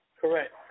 Correct